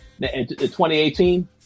2018